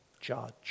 judge